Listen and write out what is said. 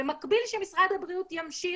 במקביל שמשרד הבריאות ימשיך,